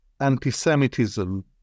anti-Semitism